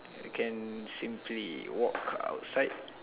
you can simply walk outside